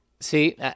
See